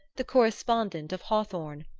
the correspondent of hawthorne,